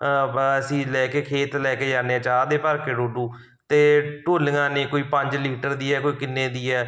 ਅਸੀਂ ਲੈ ਕੇ ਖੇਤ ਲੈ ਕੇ ਜਾਂਦੇ ਹਾਂ ਚਾਹ ਦੇ ਭਰ ਕੇ ਡੋਲੂ ਅਤੇ ਢੋਲੀਆਂ ਨੇ ਕੋਈ ਪੰਜ ਲੀਟਰ ਦੀ ਹੈ ਕੋਈ ਕਿੰਨੇ ਦੀ ਹੈ